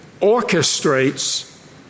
orchestrates